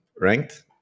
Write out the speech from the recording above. ranked